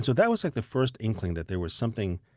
so that was like the first inkling that there was something